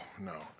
no